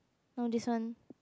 no this one